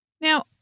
Now